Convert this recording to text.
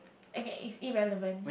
okay is irrelevant